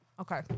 Okay